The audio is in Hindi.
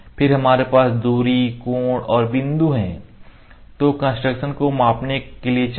फिर हमारे पास दूरी कोण और बिंदु हैं जो कन्स्ट्रकशन को मापने के लिए चाहिए